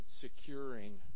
securing